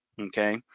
Okay